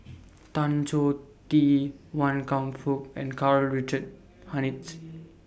Tan Choh Tee Wan Kam Fook and Karl Richard Hanitsch